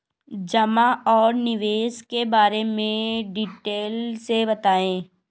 जमा और निवेश के बारे में डिटेल से बताएँ?